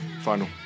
final